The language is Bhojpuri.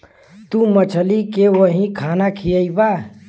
तू मछली के वही खाना खियइबा